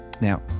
Now